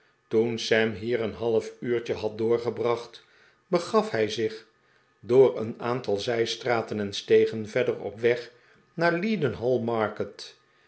toen sam hier een half uurtje had doorgebracht begaf hij zich door een aantal zijstraten en stegen verder op weg naar